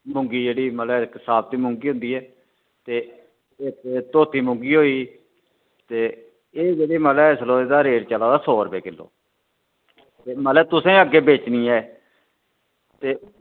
मुंगी जेह्ड़ी मतलब इक सापती मुंगी हुंदी ऐ ते इक धोती मुंगी होई गेई ते एह् जेह्ड़ा मतलब इसलै एह्दा रेट चला दा सौ रपे किलो मतलब तुसें अग्गै बेचनी ऐ एह् ते